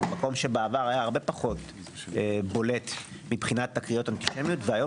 מקום שבעבר היה הרבה פחות בולט מבחינת תקריות אנטישמיות והיום